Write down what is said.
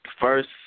First